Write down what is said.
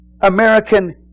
American